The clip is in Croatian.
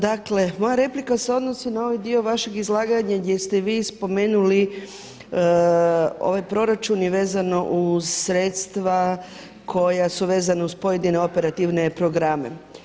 Dakle, moja replika se odnosi na ovaj dio vašeg izlaganja gdje ste vi spomenuli ovaj proračun vezano uz sredstva koja su vezana uz pojedine operativne programe.